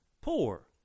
poor